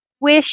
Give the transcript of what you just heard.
wish